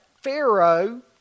Pharaoh